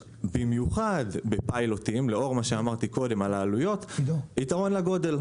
במיוחד בפיילוטים לאור מה שאמרתי קודם על העלויות יש יתרון לגודל.